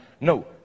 No